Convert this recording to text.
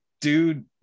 Dude